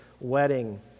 wedding